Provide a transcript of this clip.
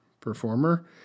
performer